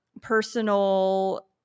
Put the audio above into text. personal